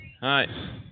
Hi